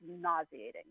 nauseating